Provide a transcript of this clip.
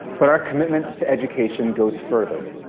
but our commitment to education goes further.